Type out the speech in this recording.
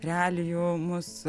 realijų mus